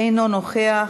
אינו נוכח,